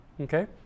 Okay